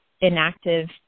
inactive